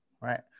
right